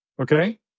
Okay